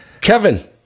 Kevin